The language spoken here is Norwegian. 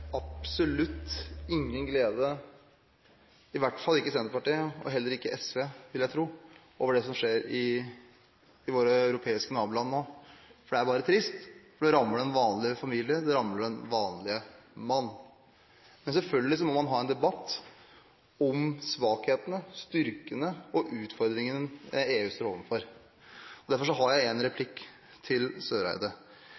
absolutt ingen glede – i hvert fall ikke i Senterpartiet, og heller ikke i SV, vil jeg tro – over det som skjer i våre europeiske naboland nå. Det er bare trist, for det rammer den vanlige familie, det rammer den vanlige mann. Men selvfølgelig må man ha en debatt om svakhetene, styrkene og utfordringene EU står overfor. Derfor har jeg en